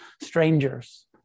strangers